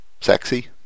Sexy